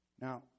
Now